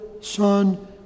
Son